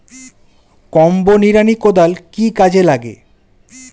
Combo নিড়ানি কোদাল কি কাজে লাগে?